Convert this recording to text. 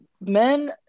men